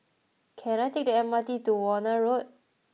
can I take the M R T to Warna Road